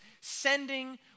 sending